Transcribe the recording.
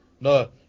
No